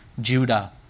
Judah